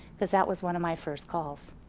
cause that was one of my first calls.